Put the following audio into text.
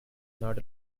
not